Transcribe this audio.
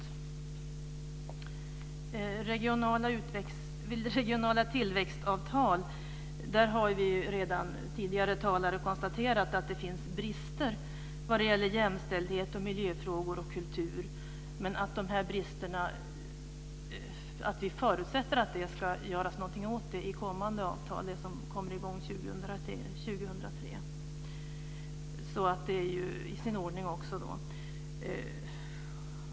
När det gäller regionala tillväxtavtal har redan tidigare talare konstaterat att det finns brister vad det gäller jämställdhet, miljöfrågor och kultur, men vi förutsätter att man ska göra någonting åt de här bristerna i kommande avtal, det som kommer i gång 2003. Så det är också i sin ordning.